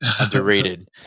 underrated